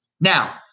Now